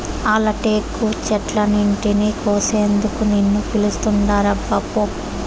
ఆల టేకు చెట్లన్నింటినీ కోసేందుకు నిన్ను పిలుస్తాండారబ్బా పో